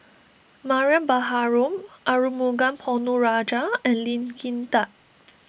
Mariam Baharom Arumugam Ponnu Rajah and Lee Kin Tat